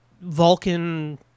Vulcan